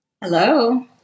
Hello